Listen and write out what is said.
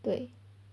对